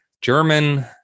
German